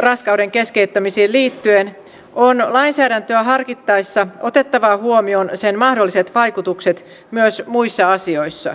raskauden keskeyttämisiin liittyen on lainsäädäntöä harkittaessa otettava huomioon sen mahdolliset vaikutukset myös muissa asioissa